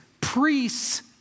Priests